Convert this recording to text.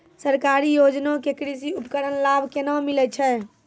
सरकारी योजना के कृषि उपकरण लाभ केना मिलै छै?